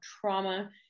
trauma